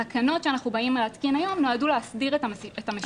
התקנות שאנחנו באים לעדכן היום נועדו להסדיר את המשיכה הזו.